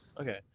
Okay